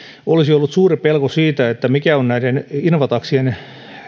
olisi ollut suuri pelko siitä mikä on näiden invataksien